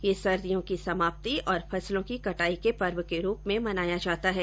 यह सर्दियों की समाप्ति और फसलो की कटाई के पर्व के रूप में मनाया जाता है